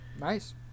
Nice